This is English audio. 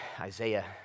isaiah